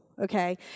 Okay